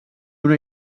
una